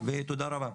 תודה רבה.